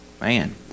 man